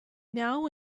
now